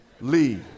Lee